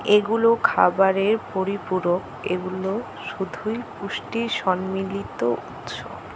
এগুলো খাবারের পরিপূরক এগুলো শুধুই পুষ্টির সন্মিলিত উৎস